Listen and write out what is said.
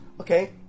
okay